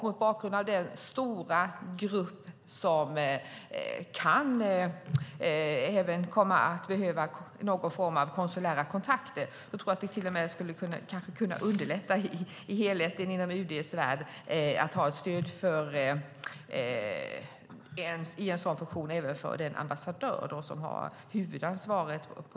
Mot bakgrund av den stora grupp som kan komma att behöva någon form av konsulära kontakter tror jag att det till och med skulle kunna underlätta för helheten inom UD:s värld att ha ett stöd i en sådan funktion även för den ambassadör som har huvudansvaret.